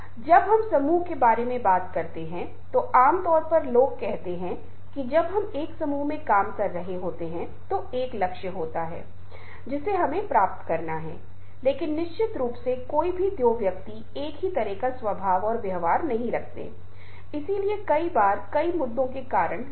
क्योंकि हमने अन्य प्रकार के सुनने के बारे में बात की है जो समूह चर्चा और बैठकों जैसे पेशेवर संदर्भों को कहने के लिए उपयुक्त हैं लेकिन हमने अनिवार्य रूप से एक तरह के सुनने पर ध्यान केंद्रित किया है जो पारस्परिक संचार के लिए अधिक उपयुक्त है